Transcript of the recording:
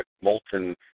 molten